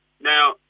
Now